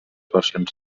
versions